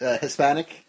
Hispanic